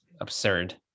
Absurd